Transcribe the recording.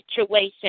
situation